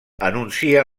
anuncia